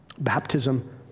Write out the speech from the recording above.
Baptism